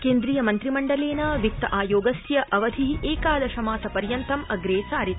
क्व्वीय मन्त्रिमण्डलप्र वित्त आयोगस्य अवधि एकादशमासपर्यन्तं अग्रस्तिरित